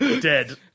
dead